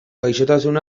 gaixotasun